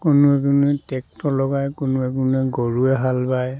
কোনোৱে কোনোৱে ট্ৰেক্টৰ লগায় কোনোৱে কোনোৱে গৰুৱে হাল বায়